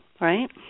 right